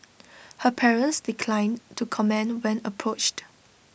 her parents declined to comment when approached